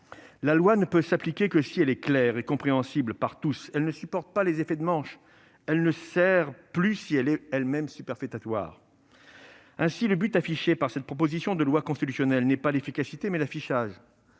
La loi ne peut s'appliquer que si elle est claire et compréhensible par tous. Elle ne supporte pas les effets de manche, elle ne sert plus si elle est superfétatoire. Ainsi, le but affiché par cette proposition de loi constitutionnelle est non pas l'efficacité, mais l'affichage.